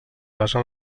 basa